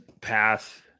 path